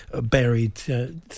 buried